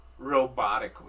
robotically